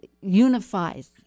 unifies